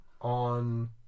on